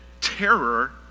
terror